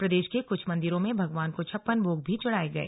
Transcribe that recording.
प्रदेश के कुछ मंदिरों में भगवान को छप्पन भोग भी चढ़ाए गए